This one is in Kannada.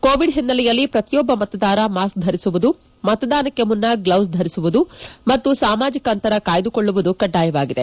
ಕೋವಿಡ್ ಹಿನ್ನೆಲೆಯಲ್ಲಿ ಪ್ರತಿಯೊಬ್ಬ ಮತದಾರ ಮಾಸ್ಕ್ ಧರಿಸುವುದು ಮತದಾನಕ್ಕೆ ಮುನ್ನ ಗ್ಲೌಸ್ ಧರಿಸುವುದು ಮತ್ತು ಸಾಮಾಜಿಕ ಅಂತರ ಕಾಯ್ದುಕೊಳ್ಳುವುದು ಕಡ್ಡಾಯವಾಗಿದೆ